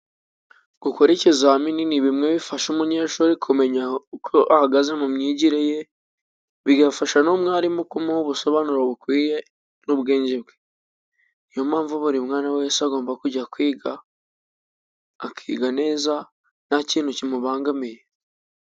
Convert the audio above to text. Gukora ikizamini ni bimwe bifasha umunyeshuri kumenya uko ahagaze mu myigire ye, bigafasha n'umwarimu kumuha ubusobanuro bukwiye n'ubwenge bwe. Niyo mpamvu buri mwana wese agomba kujya kwiga, akiga neza nta kintu kimubangamiye.